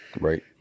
right